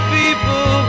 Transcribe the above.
people